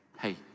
hey